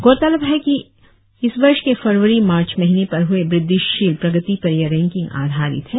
गौरतलब है कि इस वर्ष के फरवरी मार्च महिने पर हुए वृद्धिशील प्रगति पर यह रैंकिंग आधारित है